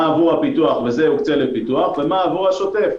עבור הפיתוח וזה יוקצה לפיתוח ומה עבור השוטף.